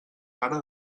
pare